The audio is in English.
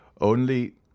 Only